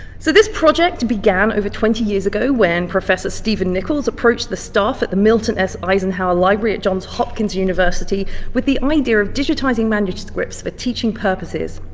so this project began over twenty years ago when professor stephen nichols approached the staff at the milton s. eisenhower library at johns hopkins university with the idea of digitizing manuscripts for teaching purposes.